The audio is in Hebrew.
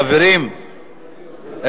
חברים,